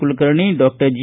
Kulkarni doctor G